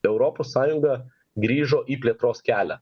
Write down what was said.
europos sąjunga grįžo į plėtros kelią